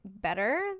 better